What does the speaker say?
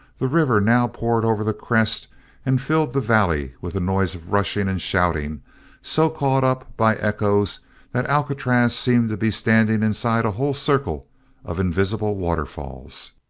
the river now poured over the crest and filled the valley with a noise of rushing and shouting so caught up by echoes that alcatraz seemed to be standing inside a whole circle of invisible waterfalls.